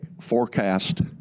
forecast